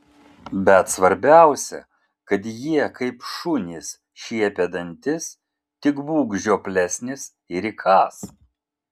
bet svarbiausia kad jie kaip šunys šiepia dantis tik būk žioplesnis ir įkąs